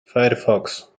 firefox